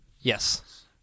Yes